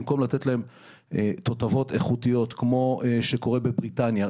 במקום לתת להם תותבות איכותיות כמו שקורה בבריטניה,